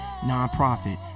nonprofit